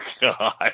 God